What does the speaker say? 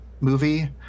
movie